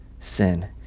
sin